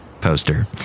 poster